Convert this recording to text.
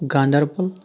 Ganderbal